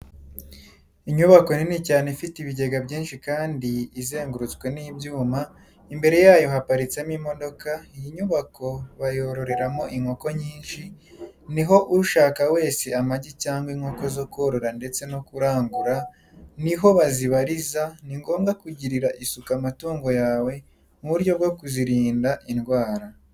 Inyubako nini cyane ifite ibigega byinshi kandi izengurutswe n'ibyuma, imbere yayo haparitsemo imodoka, iyi nyubako bayororeramo inkoko nyishi, ni ho ushaka wese amagi cyangwa inkoko zo korora ndetse no kurangura ni ho bazibariza, ni ngombwa kugirira isuku amatungo yawe mu buryo bwo kuzirinda indwara.